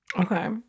Okay